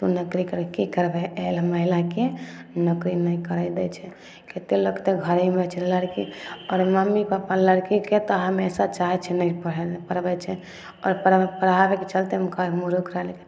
तू नौकरी करके कि करबिहि एहिलए महिलाके नौकरी नहि करै दै छै केतेक लोक तऽ घरेमे रहै छै लड़की आओर मम्मी पप्पा लड़कीके तऽ हमेशा चाहै छै नहि पढ़ए नहि पढ़बै छै आओर पढ़ाबैके चलतेमे कहै है मुर्ख रह लेकिन